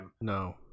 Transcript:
No